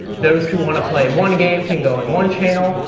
those who want to play one game can go in one channel,